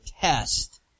test